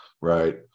right